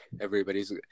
everybody's